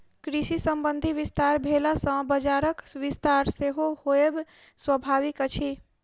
कृषि संबंधी विस्तार भेला सॅ बजारक विस्तार सेहो होयब स्वाभाविक अछि